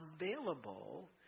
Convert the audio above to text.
available